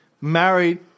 married